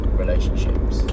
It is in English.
relationships